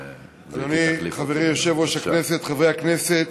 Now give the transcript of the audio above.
אדוני, חברי יושב-ראש הישיבה, חברי הכנסת,